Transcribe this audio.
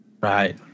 Right